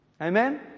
Amen